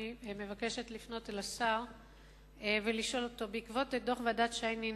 אני מבקשת לפנות אל השר ולשאול אותו: בעקבות דוח ועדת-שיינין